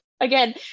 again